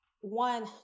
one